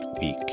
week